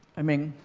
i mean,